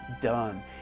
done